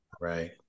Right